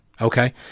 okay